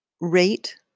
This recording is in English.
rate